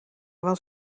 was